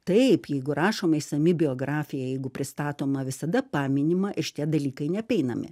taip jeigu rašoma išsami biografija jeigu pristatoma visada paminima ir šitie dalykai neapeinami